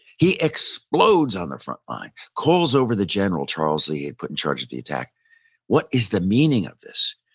he explodes on the front line, calls over the general charles lee, he had put in charge of the attack what is the meaning of this?